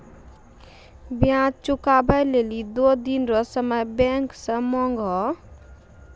ब्याज चुकबै लेली दो दिन रो समय बैंक से मांगहो